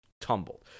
tumbled